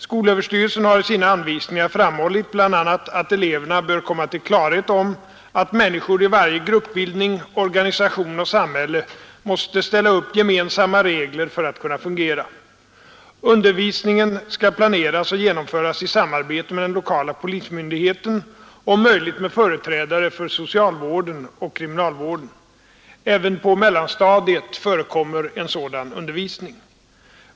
Skolöverstyrelsen har i sina anvisningar fram hållit bl.a. att ”eleverna bör komma till klarhet om att människor i varje gruppbildning, organisation och samhälle måste ställa upp gemensamma regler för att kunna fungera”. Undervisningen skall planeras och genomföras i samarbete med den lokala polismyndigheten och om möjligt med företrädare för socialvården och kriminalvården. Även på mellanstadiet förekommer en sådan undervisning.